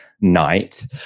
night